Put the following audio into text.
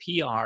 PR